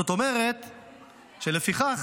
זאת אומרת שלפיכך,